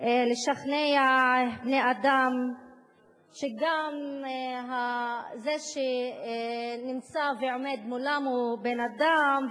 לשכנע בני-אדם שגם זה שנמצא ועומד מולם הוא בן-אדם,